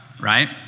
right